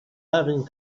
having